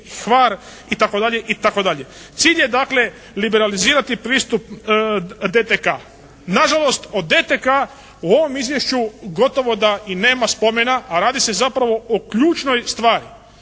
itd., itd. Cilj je dakle liberalizirati pristup DTK. Na žalost od DTK u ovom izvješću gotovo da i nema spomena, a radi se zapravo o ključnoj stvari.